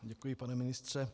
Děkuji, pane ministře.